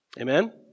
Amen